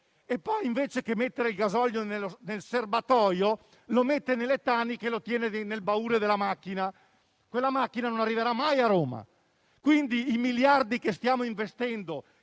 però, invece di mettere il carburante nel serbatoio, lo mette nelle taniche e lo tiene nel baule della macchina, che dunque non arriverà mai a Roma. Quindi, i miliardi che stiamo investendo